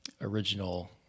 original